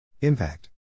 impact